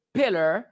pillar